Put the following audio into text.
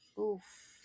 Oof